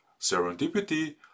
Serendipity